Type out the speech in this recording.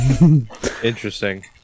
Interesting